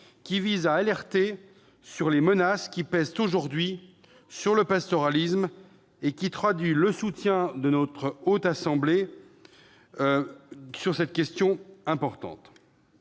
à lancer l'alerte sur les menaces qui pèsent aujourd'hui sur le pastoralisme et traduit le soutien de notre Haute Assemblée aux éleveurs sur cette question importante.